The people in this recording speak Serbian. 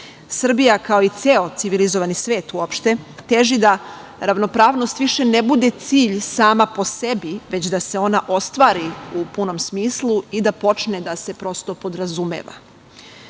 Srbija kao i ceo civilizovani svet uopšte teži da ravnopravnost više ne bude cilj sama po sebi, već da se ona ostvari u punom smislu i da počne da se podrazumeva. Novim